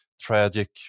tragic